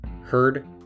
heard